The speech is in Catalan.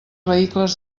vehicles